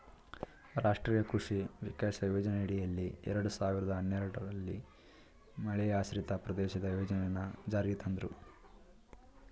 ರಾಷ್ಟ್ರೀಯ ಕೃಷಿ ವಿಕಾಸ ಯೋಜನೆಯಡಿಯಲ್ಲಿ ಎರಡ್ ಸಾವಿರ್ದ ಹನ್ನೆರಡಲ್ಲಿ ಮಳೆಯಾಶ್ರಿತ ಪ್ರದೇಶದ ಯೋಜನೆನ ಜಾರಿಗ್ ತಂದ್ರು